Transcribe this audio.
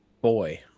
boy